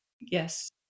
Yes